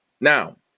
Now